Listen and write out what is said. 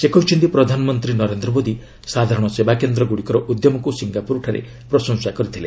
ସେ କହିଛନ୍ତି ପ୍ରଧାନମନ୍ତ୍ରୀ ନରେନ୍ଦ୍ର ମୋଦି ସାଧାରଣ ସେବାକେନ୍ଦ୍ରଗୁଡ଼ିକର ଉଦ୍ୟମକୁ ସିଙ୍ଗାପୁରଠାରେ ପ୍ରଶଂସା କରିଥିଲେ